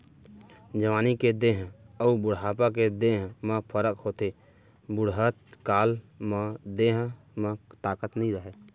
जवानी के देंह अउ बुढ़ापा के देंह म फरक होथे, बुड़हत काल म देंह म ताकत नइ रहय